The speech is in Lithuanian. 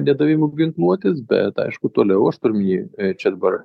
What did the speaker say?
nedavimu ginkluotės bet aišku toliau aš turiu omeny čia dabar